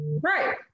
Right